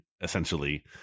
essentially